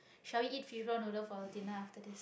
shall we eat fishball-noodle for dinner after this